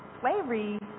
slavery